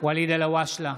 ואליד אלהואשלה,